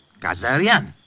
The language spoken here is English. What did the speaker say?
Kazarian